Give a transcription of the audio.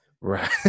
Right